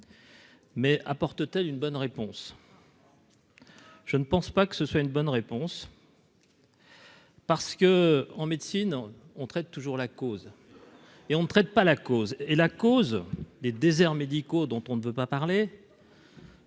mais apporte-t-elle une bonne réponse. Je ne pense pas que ce soit une bonne réponse. Parce que, en médecine, on traite toujours la cause et on ne traite pas la cause est la cause des déserts médicaux, dont on ne veut pas parler.